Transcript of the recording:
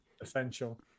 essential